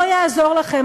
לא יעזור לכם,